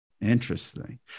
Interesting